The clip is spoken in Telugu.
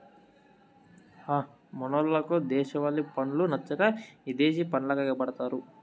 హ మనోళ్లకు దేశవాలి పండ్లు నచ్చక ఇదేశి పండ్లకెగపడతారు